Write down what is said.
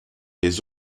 les